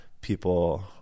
people